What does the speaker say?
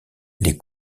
les